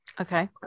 Okay